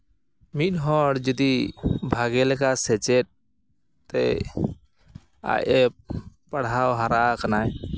ᱢᱤᱫᱦᱚᱲ ᱡᱩᱫᱤ ᱵᱷᱟᱹᱜᱤ ᱞᱮᱠᱟ ᱥᱮᱪᱮᱫ ᱛᱮ ᱟᱡ ᱮ ᱯᱟᱲᱦᱟᱣ ᱦᱟᱨᱟ ᱟᱠᱟᱱᱟᱭ